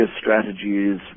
strategies